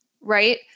Right